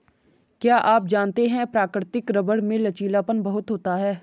क्या आप जानते है प्राकृतिक रबर में लचीलापन बहुत होता है?